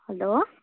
hello